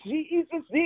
Jesus